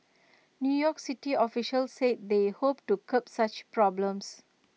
new york city officials said they hoped to curb such problems